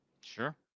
Sure